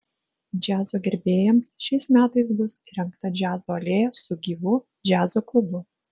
džiazo gerbėjams šiais metais bus įrengta džiazo alėja su gyvu džiazo klubu